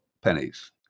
pennies